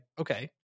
okay